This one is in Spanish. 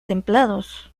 templados